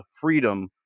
freedom